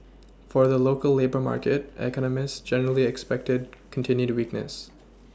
for the local labour market economists generally expected continued weakness